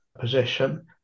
position